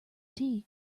tea